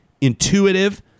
intuitive